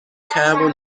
carbon